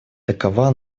такова